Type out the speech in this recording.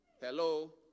hello